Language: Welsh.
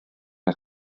yna